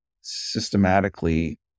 systematically